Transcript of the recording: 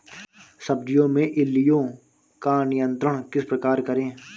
सब्जियों में इल्लियो का नियंत्रण किस प्रकार करें?